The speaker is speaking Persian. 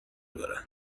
دارن